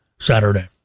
Saturday